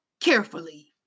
carefully